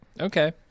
okay